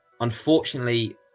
Unfortunately